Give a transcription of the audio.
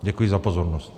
Děkuji za pozornost.